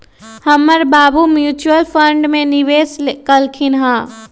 हमर बाबू mutual fund में निवेश कलखिंन्ह ह